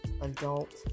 adult